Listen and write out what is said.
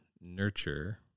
nurture